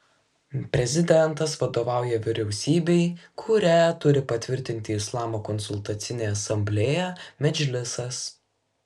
prezidentas vadovauja vyriausybei kurią turi patvirtinti islamo konsultacinė asamblėja medžlisas